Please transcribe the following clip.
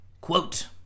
Quote